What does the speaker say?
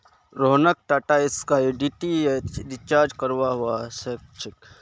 रोहनक टाटास्काई डीटीएचेर रिचार्ज करवा व स छेक